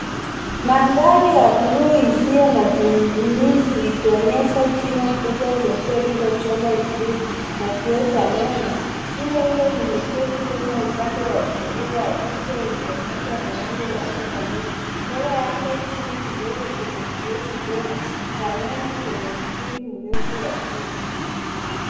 Maandhari ya buluu isiyo na kinyivunyisi ikionyesha jino kubwa nyeupe lililochongwa vizuri na kioo cha meno . Jino hilo limeketi wima upande wa kulia wa picha ikionyesha muundo wake kamili. Mbele yake chini kidogo kuna kioo kidogo cha meno chenye mpini mrefu wa chuma.